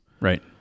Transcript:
right